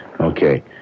Okay